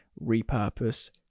repurpose